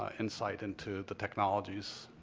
ah insight into the technologies.